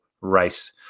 race